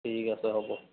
ঠিক আছে হ'ব